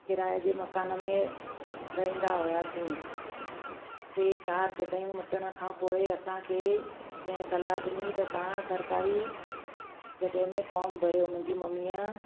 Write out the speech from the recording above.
किराए जे मकान में रहंदा हुआसीं टे चारि जॻहियूं मटण खां पोइ असांखे कंहिं सलाह ॾिनी त तव्हां सरकारी जॻह में फॉम भरियो मुंहिंजी मम्मीअ